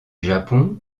japon